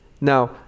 now